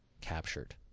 captured